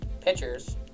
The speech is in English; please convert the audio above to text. Pitchers